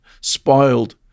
spoiled